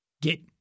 Get